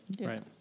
right